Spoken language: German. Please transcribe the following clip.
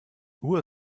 uhr